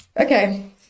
Okay